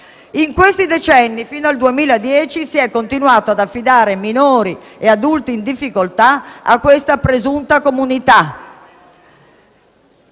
In questi decenni, fino al 2010, si è continuato ad affidare minori e adulti in difficoltà a questa presunta comunità: